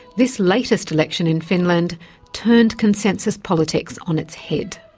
this latest election in finland turned consensus politics on its head.